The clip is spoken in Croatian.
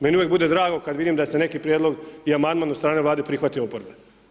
Meni uvijek bude drago kada vidim da se neki prijedlog i amandman od strane Vlade prihvatio od oporbe.